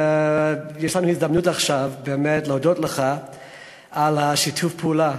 יש לנו עכשיו הזדמנות באמת להודות לך על שיתוף הפעולה